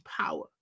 power